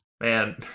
Man